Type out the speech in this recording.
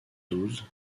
douze